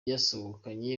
yasohokanye